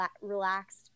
relaxed